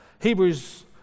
Hebrews